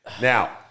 Now